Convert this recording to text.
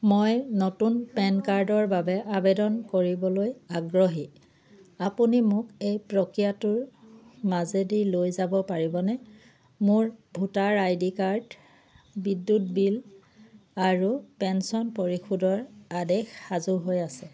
মই নতুন পেন কাৰ্ডৰ বাবে আবেদন কৰিবলৈ আগ্ৰহী আপুনি মোক এই প্ৰক্ৰিয়াটোৰ মাজেদি লৈ যাব পাৰিবনে মোৰ ভোটাৰ আইডি কাৰ্ড বিদ্যুৎ বিল আৰু পেন্সন পৰিশোধৰ আদেশ সাজু হৈ আছে